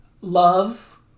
love